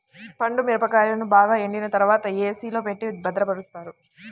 పండు మిరపకాయలను బాగా ఎండిన తర్వాత ఏ.సీ లో పెట్టి భద్రపరుస్తారు